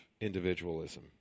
individualism